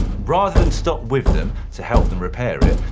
rather than stop with them to help them repair it,